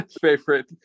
favorite